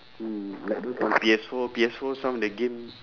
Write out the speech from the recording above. mm like those from P_S four P_S four some of the game